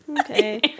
okay